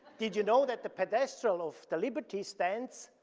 did you know that the pedestal of the liberty stands